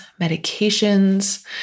medications